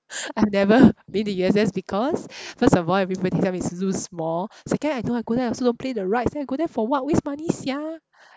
I've never been to U_S_S because first of all everybody tell me it's too small second I know I go there I also don't play the rides then I go there for what waste money sia